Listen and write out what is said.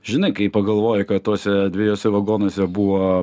žinai kai pagalvoji kad tuose dviejuose vagonuose buvo